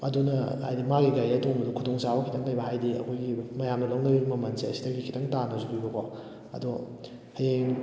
ꯑꯗꯨꯅ ꯍꯥꯏꯗꯤ ꯃꯥꯒꯤ ꯒꯥꯔꯤꯗ ꯇꯣꯡꯕꯗꯣ ꯈꯨꯗꯣꯡ ꯆꯥꯕ ꯈꯤꯇꯪ ꯂꯩꯕ ꯍꯥꯏꯗꯤ ꯑꯩꯈꯣꯏꯒꯤ ꯃꯌꯥꯝꯅ ꯂꯧꯅꯔꯤ ꯃꯃꯜꯁꯦ ꯁꯤꯗꯒꯤ ꯈꯤꯇꯪ ꯇꯥꯅꯁꯨ ꯄꯤꯕꯀꯣ ꯑꯗꯣ ꯍꯌꯦꯡ